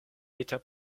eta